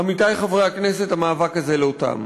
עמיתי חברי הכנסת: המאבק הזה לא תם.